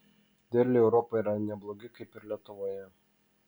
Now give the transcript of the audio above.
derliai europoje yra neblogi kaip ir lietuvoje